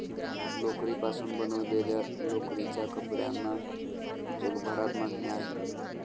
लोकरीपासून बनवलेल्या लोकरीच्या कपड्यांना जगभरात मागणी आहे